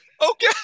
Okay